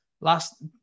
Last